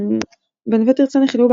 " בנווה תרצה נכלאו,